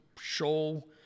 show